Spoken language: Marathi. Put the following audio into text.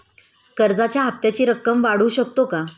कर्जाच्या हप्त्याची रक्कम वाढवू शकतो का?